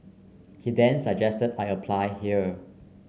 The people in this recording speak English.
he then suggested I apply here